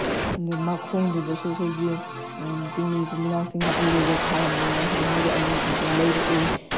ꯑꯗꯨ ꯃꯈꯣꯡꯗꯨꯗꯁꯨ ꯑꯩꯈꯣꯏꯒꯤ ꯆꯤꯡꯃꯤ ꯏꯆꯤꯟ ꯏꯅꯥꯎꯁꯤꯡꯅ ꯑꯂꯨꯒ ꯊꯥꯔꯝꯃꯦ ꯑꯗꯨ ꯃꯣꯏꯒꯤ ꯑꯂꯨꯁꯤꯡꯗꯣ ꯂꯩꯔꯛꯏ